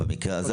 בגלל זה